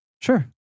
Sure